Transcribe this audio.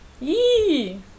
Yee